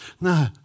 No